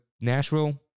Nashville